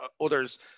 others